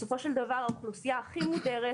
בסופו של דבר האוכלוסייה הכי מודרת